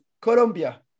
Colombia